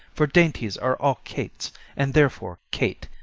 for dainties are all cates and therefore, kate,